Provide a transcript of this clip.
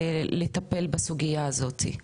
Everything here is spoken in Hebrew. ולטפל בסוגייה הזאת.